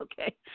Okay